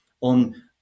on